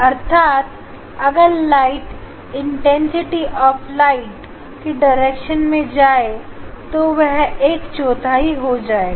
अर्थात अगर light intensity of light के डायरेक्शन में जाए तो वह एक चौथाई हो जाएगी